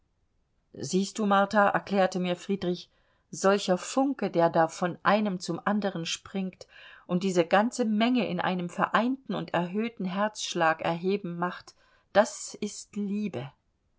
siehst du martha erklärte mir friedrich solcher funke der da von einem zum anderen springt und diese ganze menge in einem vereinten und erhöhten herzschlag erheben macht das ist liebe